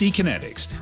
Kinetics